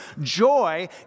Joy